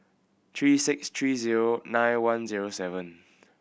three six three zero nine one zero seven